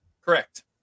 Correct